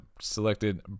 selected